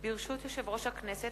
ברשות יושב-ראש הכנסת,